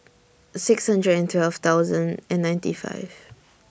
six hundred and twelve thousand and ninety five